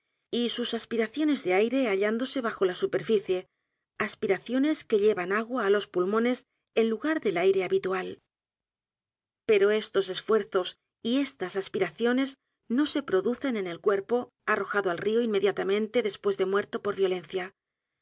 y sus aspiraciones de aire hallándose bajo la superficie aspiraciones que llevan a g u a á los pulmones en l u g a r del aire h a bitual pero estos esfuerzos y estas aspiraciones no seproducen en el cuerpo arrojado al río inmediatamente después de muerto por violencia